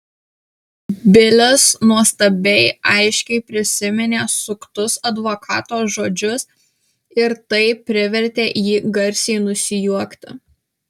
bilis nuostabiai aiškiai prisiminė suktus advokato žodžius ir tai privertė jį garsiai nusijuokti